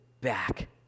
back